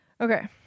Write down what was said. Okay